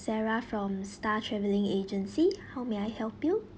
sarah from star travelling agency how may I help you